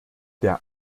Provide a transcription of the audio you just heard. der